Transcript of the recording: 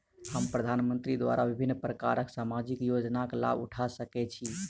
हम प्रधानमंत्री द्वारा विभिन्न प्रकारक सामाजिक योजनाक लाभ उठा सकै छी?